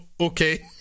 okay